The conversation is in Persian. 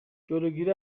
جلوگیری